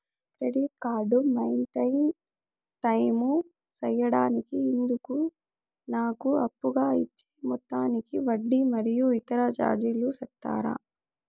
Credit card maintain time సేయడానికి ఇందుకు నాకు అప్పుగా ఇచ్చే మొత్తానికి వడ్డీ మరియు ఇతర చార్జీలు సెప్తారా?